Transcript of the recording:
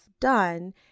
done